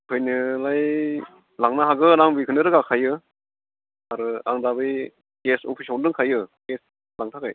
हैनायालाय लांनो हागोन आं बेखोनो रोगाखायो आरो आं दा बै गेस अफिसावनो दंखायो गेस लांनो थाखाय